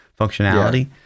functionality